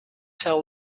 tell